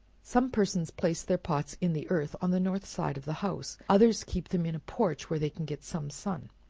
some persons place their pots in the earth on the north side of the house others keep them in a porch where they can get some sun.